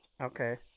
Okay